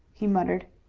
he muttered.